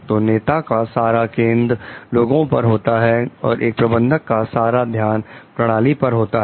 तो नेता का सारा केंद्र लोगों पर होता है और एक प्रबंधक का सारा ध्यान प्रणाली पर होता है